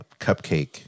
cupcake